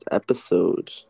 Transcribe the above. episode